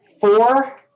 four